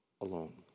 alone